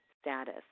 status